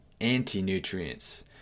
anti-nutrients